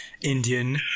Indian